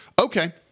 okay